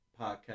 podcast